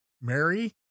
Mary